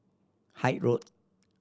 Hythe Road